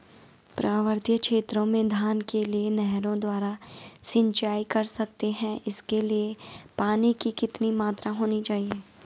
पर्वतीय क्षेत्रों में धान के लिए नहरों द्वारा सिंचाई कर सकते हैं इसके लिए पानी की कितनी मात्रा होनी चाहिए?